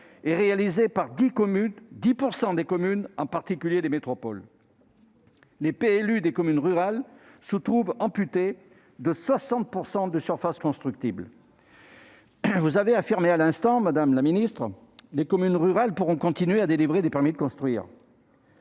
est le fait de 10 % des communes, en particulier des métropoles. Les PLU des communes rurales se trouvent amputés de 60 % de surfaces constructibles. Vous avez affirmé à l'instant, madame la secrétaire d'État, que les communes rurales pourront continuer à délivrer des permis de construire.